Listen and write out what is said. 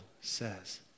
says